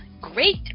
great